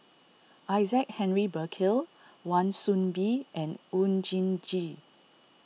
Isaac Henry Burkill Wan Soon Bee and Oon Jin Gee